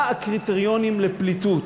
מה הקריטריונים לפליטות.